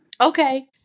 Okay